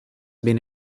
been